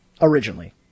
originally